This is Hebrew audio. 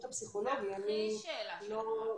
הפסיכולוגי --- זה הכי שאלה של נוהל.